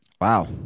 wow